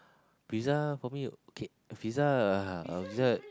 pizza for me okay pizza ah pizza